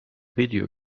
video